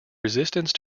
resistance